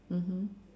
mmhmm